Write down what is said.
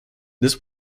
this